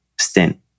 stint